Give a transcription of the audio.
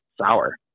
sour